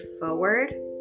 forward